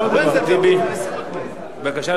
איסור נגיעה, בבקשה.